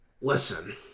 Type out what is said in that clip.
listen